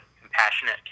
compassionate